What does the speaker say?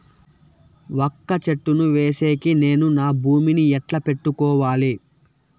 వక్క చెట్టును వేసేకి నేను నా భూమి ని ఎట్లా పెట్టుకోవాలి?